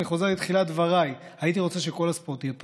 אני חוזר לתחילת דבריי: הייתי רוצה שכל הספורט יהיה פתוח.